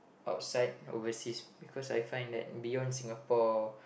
outside overseas because I find that beyond Singapore